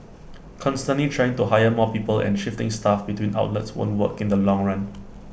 constantly trying to hire more people and shifting staff between outlets won't work in the long run